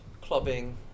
clubbing